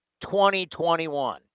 2021